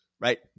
Right